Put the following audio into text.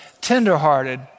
tenderhearted